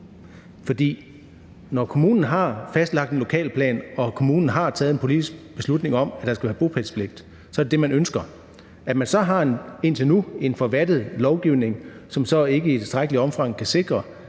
når kommunen har fastlagt en lokalplan og kommunen har taget en politisk beslutning om, at der skal være bopælspligt, så er det det, man ønsker. At man så indtil nu har en for vattet lovgivning, som ikke i tilstrækkeligt omfang kan sikre,